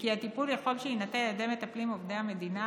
וכי הטיפול יכול שיינתן על ידי המטפלים עובדי המדינה